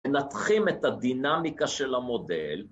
‫מנתחים את הדינמיקה של המודל.